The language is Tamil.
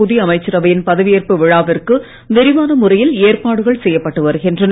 புதிய அமைச்சரவையின் பதவியேற்பு விழாவிற்கு விரிவான முறையில் ஏற்பாடுகள் செய்யப்பட்டு வருகின்றன